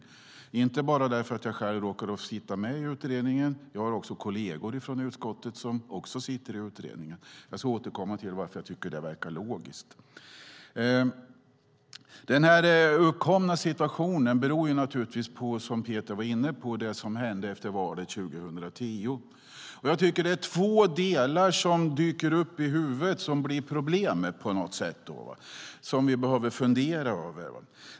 Det beror inte bara på att jag själv råkar sitta med i utredningen; jag har kolleger från utskottet som också sitter där. Jag ska återkomma till varför jag tycker att det hela verkar logiskt. Den uppkomna situationen beror, som Peter var inne på, på det som hände efter valet 2010. Det finns två delar som dyker upp i huvudet som det på något sätt blir problem med och som vi behöver fundera över.